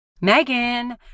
Megan